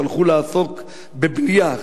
שהלכו לעסוק בבנייה,